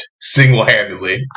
single-handedly